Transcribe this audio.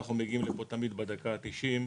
אנחנו תמיד מגיעים לפה בדקה ה-90,